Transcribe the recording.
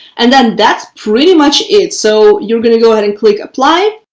and then that's pretty much it. so you're going to go ahead and click apply.